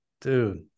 dude